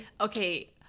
Okay